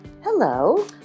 Hello